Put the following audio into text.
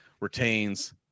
retains